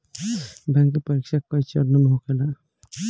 bank के परीक्षा कई चरणों में होखेला